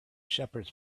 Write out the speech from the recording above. shepherds